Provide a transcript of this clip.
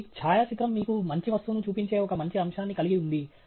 కాబట్టి ఛాయాచిత్రం మీకు మంచి వస్తువును చూపించే ఒక మంచి అంశాన్ని కలిగి ఉంది